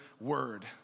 word